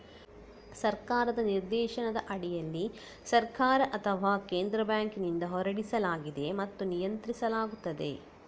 ಸರ್ಕಾರದ ನಿರ್ದೇಶನದ ಅಡಿಯಲ್ಲಿ ಸರ್ಕಾರ ಅಥವಾ ಕೇಂದ್ರ ಬ್ಯಾಂಕಿನಿಂದ ಹೊರಡಿಸಲಾಗಿದೆ ಮತ್ತು ನಿಯಂತ್ರಿಸಲಾಗುತ್ತದೆ